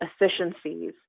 efficiencies